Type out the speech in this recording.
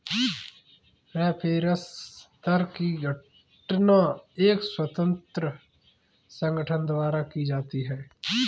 reference दर की गणना एक स्वतंत्र संगठन द्वारा की जाती है